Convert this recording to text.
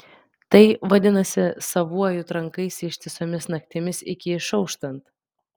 tai vadinasi savuoju trankaisi ištisomis naktimis iki išauštant